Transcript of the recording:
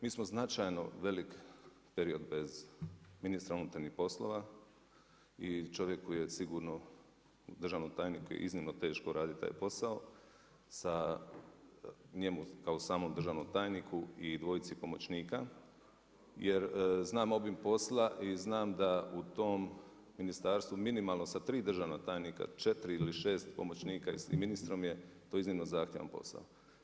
Mi smo značajno velik period bez ministra unutarnjih poslova, i čovjeku je sigurno, državnom tajniku iznimno teško raditi taj posao, sa njemu kao samom državnom tajniku i dvojici pomoćnika jer znam obim posla i znam da u tom ministarstvu minimalno sa 3 državna tajnika, 4 ili 6 pomoćnika i s tim ministrom je to iznimno zahtjevan posao.